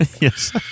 Yes